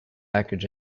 package